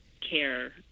care